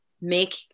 make